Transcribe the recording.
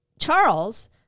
Charles